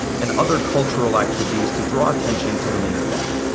and other cultural activities to draw attention to the main event.